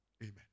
Amen